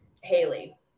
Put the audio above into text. Haley